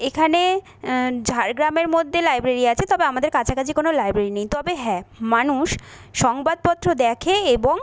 এখানে ঝাড়গ্রামের মধ্যে লাইব্রেরি আছে তবে আমাদের কাছাকাছি কোনও লাইব্রেরি নেই তবে হ্যাঁ মানুষ সংবাদপত্র দেখে এবং